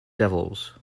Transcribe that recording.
devils